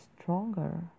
stronger